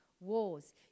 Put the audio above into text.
wars